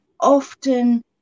often